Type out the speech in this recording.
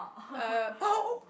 err !ow!